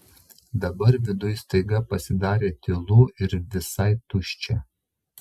dabar viduj staiga pasidarė tylu ir visai tuščia